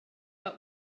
but